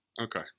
Okay